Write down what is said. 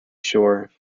shore